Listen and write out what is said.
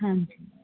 ਹਾਂਜੀ